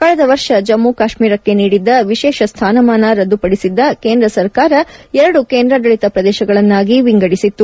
ಕಳೆದ ವರ್ಷ ಜಮ್ಮ ಕಾಶ್ನೀರಕ್ಕೆ ನೀಡಿದ್ದ ವಿಶೇಷ ಸ್ಥಾನಮಾನ ರದ್ದುಪಡಿಸಿದ್ದ ಕೇಂದ್ರ ಸರ್ಕಾರ ಎರಡು ಕೇಂದ್ರಾಡಳಿತ ಪ್ರದೇಶಗಳನ್ನಾಗಿ ವಿಂಗಡಿಸಿತ್ತು